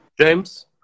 james